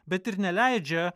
bet ir neleidžia